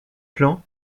plan